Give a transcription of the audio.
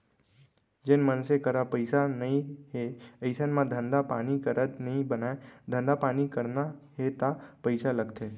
जेन मनसे करा पइसा नइ हे अइसन म धंधा पानी करत नइ बनय धंधा पानी करना हे ता पइसा लगथे